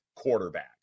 Quarterback